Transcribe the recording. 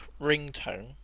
ringtone